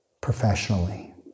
professionally